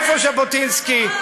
איפה ז'בוטינסקי,